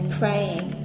praying